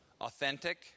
Authentic